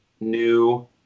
new